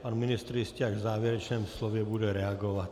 Pan ministr jistě až v závěrečném slově bude reagovat.